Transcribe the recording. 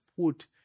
put